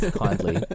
kindly